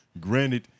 Granted